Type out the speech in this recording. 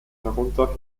darunter